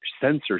censorship